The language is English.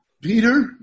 Peter